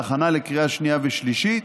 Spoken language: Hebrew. בהכנה לקריאה שנייה ושלישית,